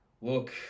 Look